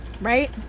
right